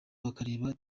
bakareba